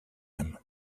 him